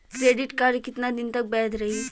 Credit card कितना दिन तक वैध रही?